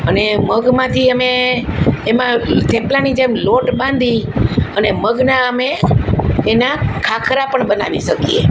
અને મગમાંથી અમે એમાં થેપલાની જેમ લોટ બાંધી અને મગના અમે એના ખાખરા પણ બનાવી શકીએ